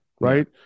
right